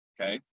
Okay